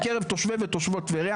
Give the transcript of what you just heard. בקרב תושבי ותושבות טבריה,